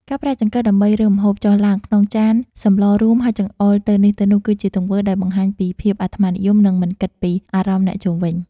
ការប្រើចង្កឹះដើម្បីរើសម្ហូបចុះឡើងក្នុងចានសម្លរួមហើយចង្អុលទៅនេះទៅនោះគឺជាទង្វើដែលបង្ហាញពីភាពអាត្មានិយមនិងមិនគិតពីអារម្មណ៍អ្នកជុំវិញ។